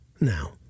Now